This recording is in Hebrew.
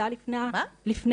זה היה לפני המכסות.